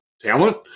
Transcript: talent